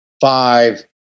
five